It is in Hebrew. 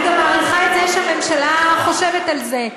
אני גם מעריכה את זה שהממשלה חושבת על זה,